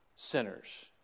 Sinners